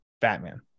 Batman